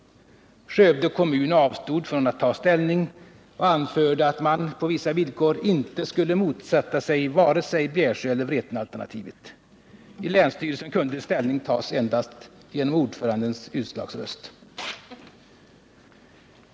Skövde kommun avstod från att ta ställning och anförde att man — på vissa villkor — inte skulle motsätta sig vare sig Bjärsjöeller Vretenalternativet. I länsstyrelsen kunde ställning tas endast genom ordförandens utslagsröst.